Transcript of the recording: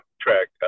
track